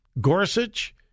Gorsuch